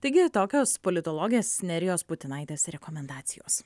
taigi tokios politologės nerijos putinaitės rekomendacijos